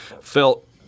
felt